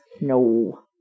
No